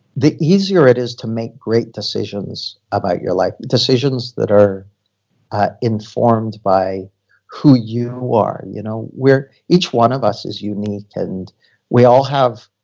the easier it is to make great decisions about your life. decisions that are informed by who you are, you know where each one of us is unique and we all have